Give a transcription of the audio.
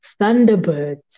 thunderbirds